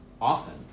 often